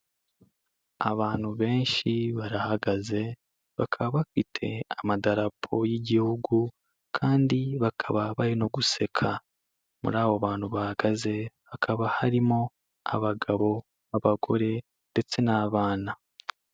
Abantu benshi barahagaze bakaba bafite amadarapo y'Igihugu kandi bakaba bari no guseka, muri abo bantu bahagaze hakaba harimo abagabo, abagore ndetse n'abana.